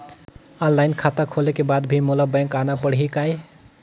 Online खाता खोले के बाद भी मोला बैंक आना पड़ही काय?